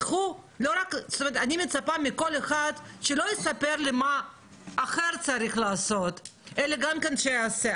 אני מצפה מכל אחד שלא יספר לי מה אחר צריך לעשות אלא שגם יעשה.